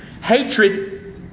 Hatred